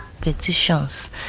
petitions